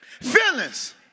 Feelings